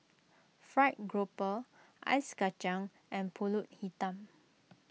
Fried Grouper Ice Kacang and Pulut Hitam